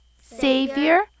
Savior